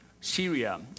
Syria